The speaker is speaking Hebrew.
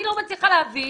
אני לא מצליחה להבין,